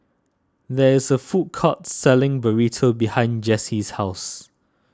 there is a food court selling Burrito behind Jessee's house